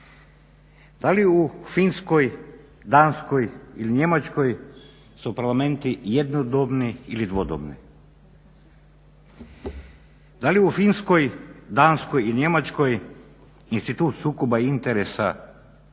Da li u Finskoj, Danskoj ili Njemačkoj su parlamenti jednodobni ili dvodobni? Da li u Finskoj, Danskoj i Njemačkoj institut sukoba interesa i